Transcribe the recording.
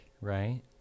right